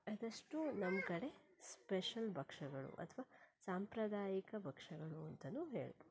ಅದಷ್ಟೂ ನಮ್ಮ ಕಡೆ ಸ್ಪೆಷಲ್ ಭಕ್ಷ್ಯಗಳು ಅಥವಾ ಸಾಂಪ್ರದಾಯಿಕ ಭಕ್ಷ್ಯಗಳು ಅಂತನೂ ಹೇಳ್ಬೋದು